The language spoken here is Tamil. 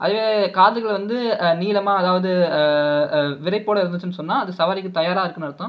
அதுவே காதுகள் வந்து நீளமாக அதாவது விரைப்போடு இருந்துச்சுனு சொன்னால் அது சவாரிக்கு தயாராக இருக்குனு அர்த்தம்